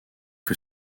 que